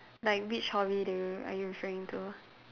like which hobby do you are you referring to